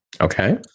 Okay